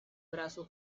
brazo